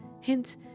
hints